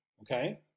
Okay